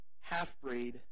half-breed